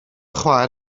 chwaer